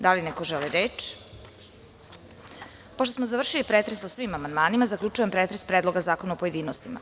Da li neko želi reč? (Ne.) Pošto smo završili pretres o svim amandmanima, zaključujem pretres Predloga zakona u pojedinostima.